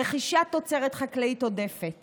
רכישת תוצרת חקלאית עודפת